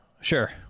Sure